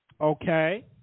Okay